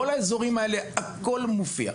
בנוגע לאזורים האלה, הכול מופיע.